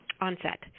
onset